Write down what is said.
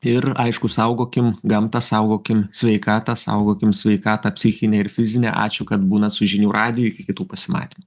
ir aišku saugokim gamtą saugokim sveikatą saugokim sveikatą psichinę ir fizinę ačiū kad būnat su žinių radiju iki kitų pasimatymų